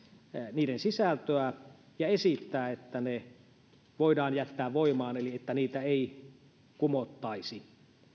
niiden sisältöä ja esittää että ne voidaan jättää voimaan eli että niitä ei kumottaisi